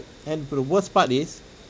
and for the worst part is